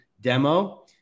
demo